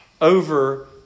over